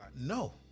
No